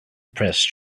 pressed